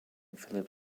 philip